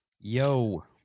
Yo